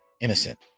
innocent